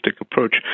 approach